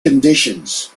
conditions